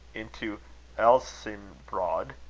into elsynbrod,